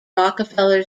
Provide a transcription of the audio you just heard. rockefeller